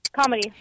comedy